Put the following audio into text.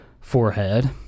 forehead